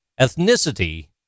ethnicity